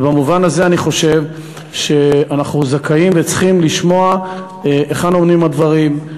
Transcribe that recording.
במובן הזה אני חושב שאנחנו זכאים וצריכים לשמוע היכן עומדים הדברים,